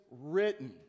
written